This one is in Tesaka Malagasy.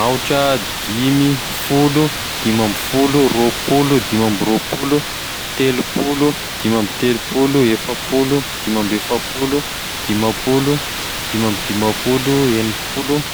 Aotra, dimy, folo, dimy amby folo, roapolo, dimy amby roapolo, telopolo, dimy amby telopolo, efapolo, dimy amby efapolo, dimapolo, dimy amby dimapolo, enipolo,